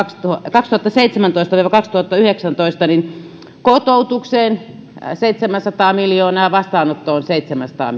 kaksituhattaseitsemäntoista viiva kaksituhattayhdeksäntoista kotoutukseen seitsemänsataa miljoonaa ja vastaanottoon seitsemänsataa